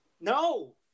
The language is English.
no